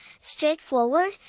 straightforward